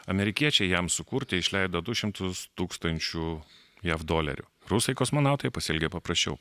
amerikiečiai jam sukurti išleido du šimtus tūkstančių jav dolerių rusai kosmonautai pasielgė paprasčiau